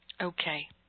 Okay